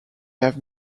have